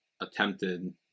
attempted